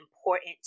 important